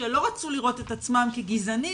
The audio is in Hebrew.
שלא רצו לראות את עצמם כגזענים,